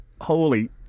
holy